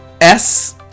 S-